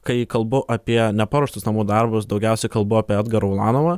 kai kalbu apie neparuoštus namų darbus daugiausiai kalbu apie edgarą ulanovą